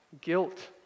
guilt